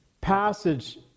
passage